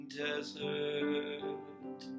desert